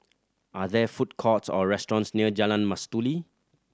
are there food courts or restaurants near Jalan Mastuli